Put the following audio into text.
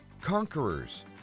conquerors